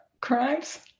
crimes